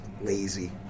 lazy